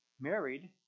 married